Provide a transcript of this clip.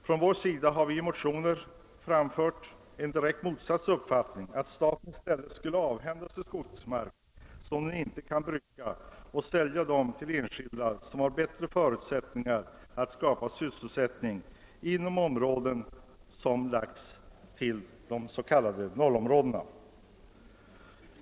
Från vår sida har vi i motioner framfört den direkt motsatta uppfattningen, att staten skulle avhända sig skogsmark som den inte kan bruka och sälja marken till enskilda, vilka har bättre förutsättningar att skapa sysselsättning inom områden som nu utgör s.k. 0-områden.